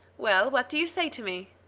well, what do you say to me?